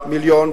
מיליון.